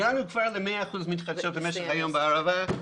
הגענו כבר ל-100 אחוזים מתחדשת במשך היום בערבה.